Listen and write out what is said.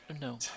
No